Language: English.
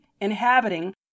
inhabiting